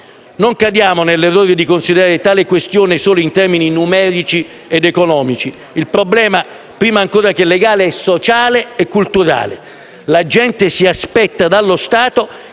Non cadiamo nell'errore di considerare tale questione solo in termini numerici ed economici: il problema prima ancora che legale e sociale è culturale. La gente si aspetta dallo Stato